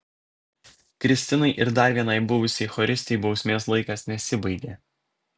kristinai ir dar vienai buvusiai choristei bausmės laikas nesibaigė